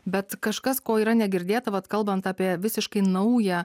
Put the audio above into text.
bet kažkas ko yra negirdėta vat kalbant apie visiškai naują